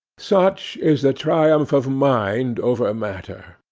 such is the triumph of mind over matter.